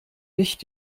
nicht